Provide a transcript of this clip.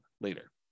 later